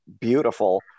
beautiful